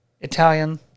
Italian